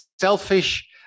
selfish